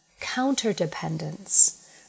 Counterdependence